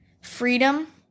freedom